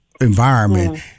environment